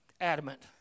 adamant